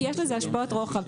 כי יש לזה השפעות רוחב.